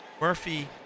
Murphy